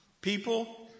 people